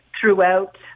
throughout